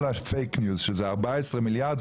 כל ה-fake news שזה 14 מיליארד,